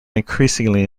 increasingly